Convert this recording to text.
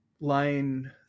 Line